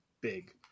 big